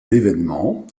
l’événement